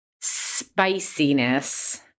spiciness